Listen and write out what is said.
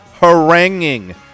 haranguing